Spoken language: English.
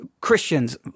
Christians